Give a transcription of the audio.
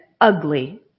ugly